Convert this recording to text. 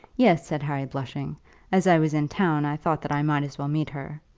yes, said harry blushing as i was in town, i thought that i might as well meet her.